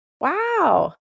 Wow